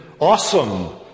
awesome